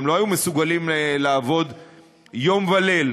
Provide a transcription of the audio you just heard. הם לא היו מסוגלים לעבוד יום וליל.